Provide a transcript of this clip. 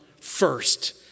first